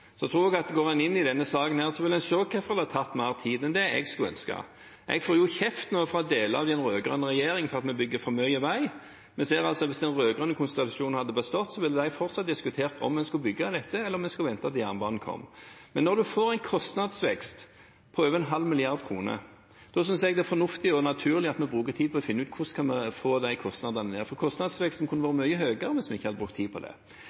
Går en inn i denne saken, tror jeg en vil se hvorfor det har tatt mer tid enn det jeg skulle ønsket. Jeg får jo kjeft nå fra deler av den rød-grønne regjeringen fordi vi bygger for mye vei, men hvis den rød-grønne konstellasjonen hadde bestått, ville de fortsatt diskutert om en skulle bygd dette, eller om en skulle ventet til jernbanen kom. Når en får en kostnadsvekst på over en halv milliard kroner, synes jeg det er fornuftig og naturlig at vi bruker tid på å finne ut hvordan vi kan få de kostnadene ned, for kostnadsveksten kunne vært mye høyere hvis vi ikke hadde brukt tid på det.